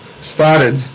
started